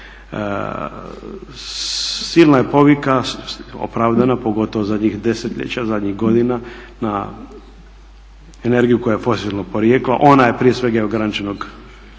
silna je povika, opravdana pogotovo zadnjih desetljeća, zadnjih godina na energiju koja je fosilnog porijekla. Ona je prije svega ograničenog